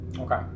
Okay